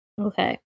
Okay